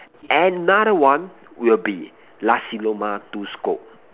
another one will be Nasi-Lemak two scoop